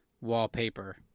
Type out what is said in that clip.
wallpaper